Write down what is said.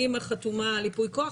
האמא חתומה על ייפוי כוח,